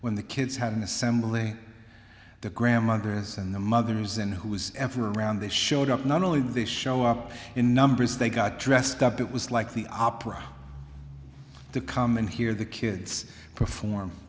when the kids had an assembly the grandmothers and the mothers and who was ever around this showed up not only did they show up in numbers they got dressed up it was like the opera the come in here the kids perform